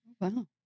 Wow